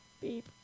Beep